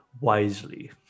wisely